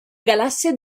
galassia